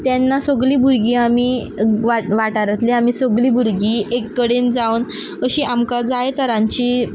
तेन्ना सगळीं भुरगीं आमी वाठारांतलीं आमी सगळीं भुरगीं एक कडेन जावन अशी आमकां जाय तरांची